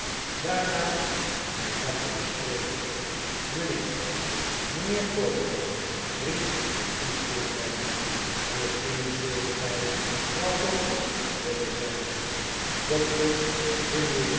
daarna hervatte de spreker mijnheer mijnheer pogram riep de piepjonge man misschien zult gij wel zoo goed willen zijn